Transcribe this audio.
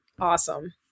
Awesome